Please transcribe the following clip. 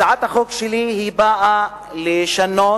הצעת החוק שלי באה לשנות